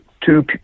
two